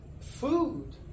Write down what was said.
food